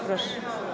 Proszę.